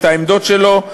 את העמדות שלו,